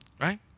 Right